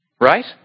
Right